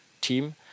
team